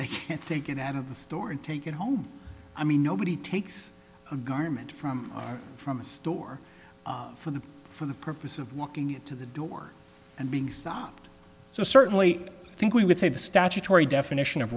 they can't take it out of the store and take it home i mean nobody takes a garment from from a store for the for the purpose of walking into the door and being stopped so certainly i think we would say the statutory definition of